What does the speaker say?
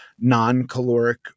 non-caloric